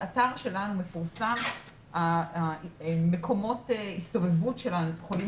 באתר שלנו מפורסמים מקומות ההסתובבות של החולים